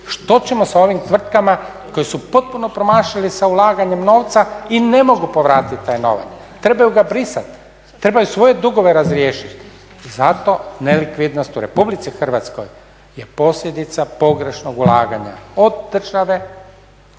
što ćemo sa onim tvrtkama koje su potpuno promašile sa ulaganjem novca i ne mogu povratiti taj novac, trebaju ga brisati, trebaju svoje dugove razriješiti. Zato nelikvidnost u RH je posljedica pogrešnog ulaganja od države, potpune